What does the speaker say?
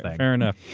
like fair enough.